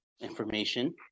information